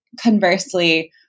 conversely